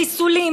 חיסולים,